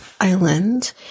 Island